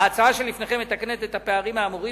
ההצעה שלפניכם מתקנת את הפערים האמורים